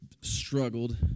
struggled